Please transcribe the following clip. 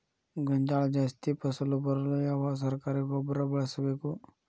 ಗೋಂಜಾಳ ಜಾಸ್ತಿ ಫಸಲು ಬರಲು ಯಾವ ಸರಕಾರಿ ಗೊಬ್ಬರ ಬಳಸಬೇಕು?